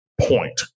point